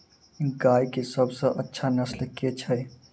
गाय केँ सबसँ अच्छा नस्ल केँ छैय?